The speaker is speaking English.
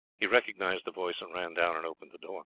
he recognized the voice and ran down and opened the door.